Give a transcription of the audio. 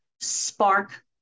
spark